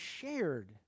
shared